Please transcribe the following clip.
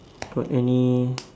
got any